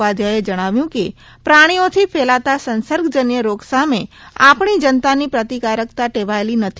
ઉપાધ્યાયે જણાવ્યું કે પ્રાણીઓથી ફેલાતા સંસર્ગજન્ય રોગ સામે આપણી જનતાની પ્રતિકારકતા ટેવાયેલી નથી